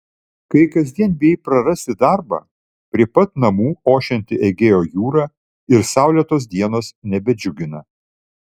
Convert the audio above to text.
kai kasdien bijai prarasti darbą prie pat namų ošianti egėjo jūra ir saulėtos dienos nebedžiugina